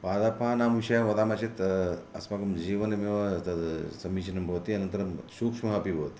पादपानां विषये वदामः चेत् अस्माकं जीवनमेव तत् समीचिनं भवति अनन्तरं सूक्ष्मः अपि भवति